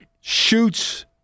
shoots